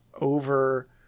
over